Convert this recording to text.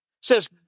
says